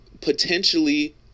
potentially